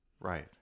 Right